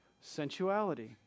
Sensuality